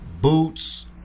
Boots